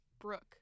Brooke